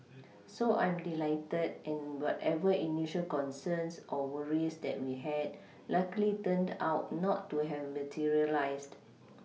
so I'm delighted and whatever initial concerns or worries that we had luckily turned out not to have materialised